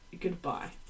goodbye